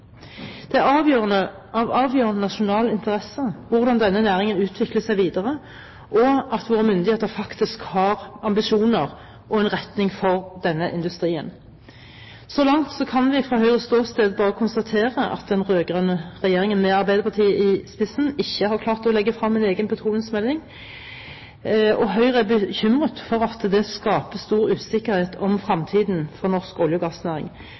Det er av avgjørende nasjonal interesse hvordan denne næringen utvikler seg videre, og at våre myndigheter faktisk har ambisjoner og en retning for denne industrien. Så langt kan vi fra Høyres ståsted bare konstatere at den rød-grønne regjeringen, med Arbeiderpartiet i spissen, ikke har klart å legge frem en egen petroleumsmelding. Høyre er bekymret for at dette skaper stor usikkerhet om fremtiden for norsk olje- og gassnæring,